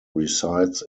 resides